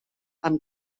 amb